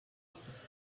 six